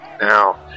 Now